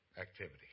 activity